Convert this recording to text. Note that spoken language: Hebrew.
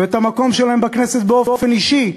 ואת המקום שלהם בכנסת באופן אישי,